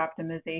optimization